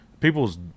People's